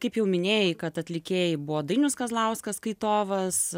kaip jau minėjai kad atlikėjai buvo dainius kazlauskas skaitovas